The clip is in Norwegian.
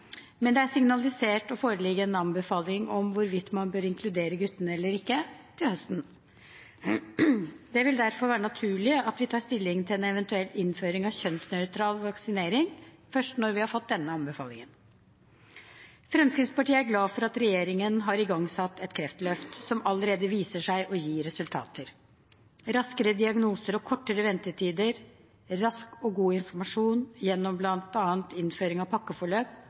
men det er signalisert å foreligge en anbefaling om hvorvidt man bør inkludere guttene eller ikke, til høsten. Det vil derfor være naturlig at vi tar stilling til en eventuell innføring av kjønnsnøytral vaksinering først når vi har fått denne anbefalingen. Fremskrittspartiet er glad for at regjeringen har igangsatt et kreftløft, som allerede viser seg å gi resultater. Raskere diagnoser og kortere ventetider, rask og god informasjon gjennom bl.a. innføring av pakkeforløp